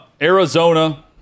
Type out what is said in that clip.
Arizona